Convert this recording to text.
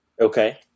Okay